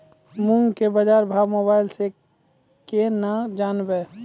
मूंग के बाजार भाव मोबाइल से के ना जान ब?